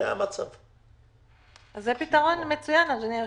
זה פתרון מצוין, אדוני היושב-ראש.